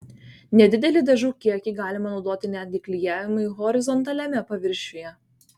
nedidelį dažų kiekį galima naudoti netgi klijavimui horizontaliame paviršiuje